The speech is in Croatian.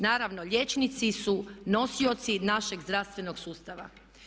Naravno, liječnici su nosioci našeg zdravstvenog sustava.